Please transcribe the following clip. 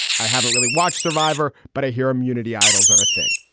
i haven't really watch survivor, but i hear immunity. idols are a thing.